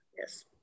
Yes